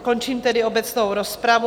Končím tedy obecnou rozpravu.